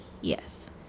Yes